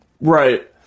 Right